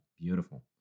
beautiful